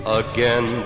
again